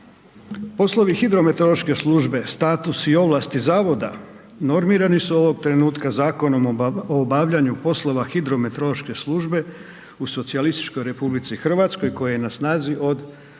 Poslovni hidrometeorološke službe, status i ovlasti Zavoda, normirani su ovog trenutka Zakonom o obavljanju poslova hidrometeorološke službe u Socijalističkoj Republici Hrvatskoj koje je na snazi od